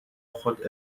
خود